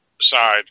side